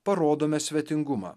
parodome svetingumą